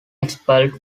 expelled